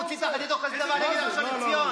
תדבר על מה שאתה רוצה.